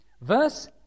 Verse